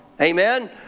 Amen